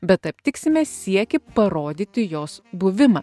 bet aptiksime siekį parodyti jos buvimą